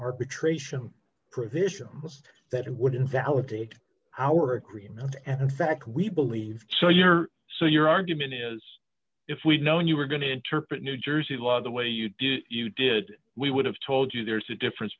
arbitration provisions that would invalidate our agreement and in fact we believe so your so your argument is if we'd known you were going to interpret new jersey law the way you do you did we would have told you there's a difference